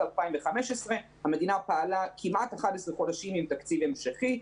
2015. המדינה פעלה כמעט 11 חודשים עם תקציב המשכי,